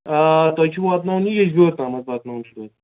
آ تۄہہِ چھُو واتناوُن یہِ وِٮ۪جبیٛوٗر تام واتناوُن چھُو تۄہہِ